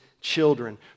children